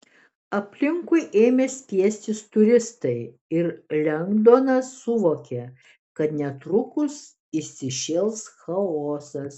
aplinkui ėmė spiestis turistai ir lengdonas suvokė kad netrukus įsišėls chaosas